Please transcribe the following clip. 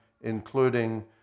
including